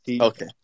Okay